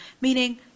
Meaning